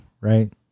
right